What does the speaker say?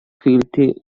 filthy